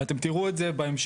ואתם תראו את זה בהמשך,